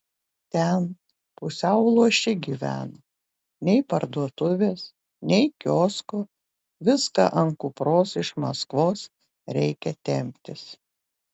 ten pusiau luoši gyvena nei parduotuvės nei kiosko viską ant kupros iš maskvos reikia temptis